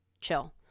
chill